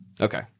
Okay